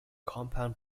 compound